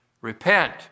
repent